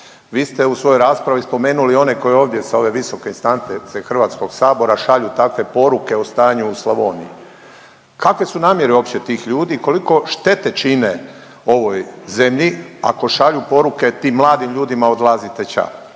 Vi ste u svojoj raspravi spomenuli one koji ovdje sa ove visoke instance HS-a šalju takve poruke o stanju u Slavoniji. Kakve su namjere uopće tih ljudi? Koliko štete čine ovoj zemlji ako šalju poruke tim mladim ljudima odlazite ća,